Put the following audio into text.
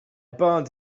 burned